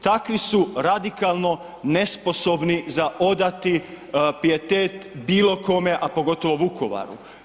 Takvi su radikalno nesposobni za odati pijetet bilo kome, a pogotovo Vukovaru.